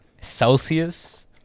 Celsius